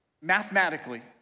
mathematically